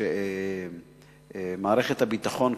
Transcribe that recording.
שמערכת הביטחון,